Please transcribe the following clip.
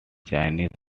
chinese